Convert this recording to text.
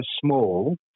small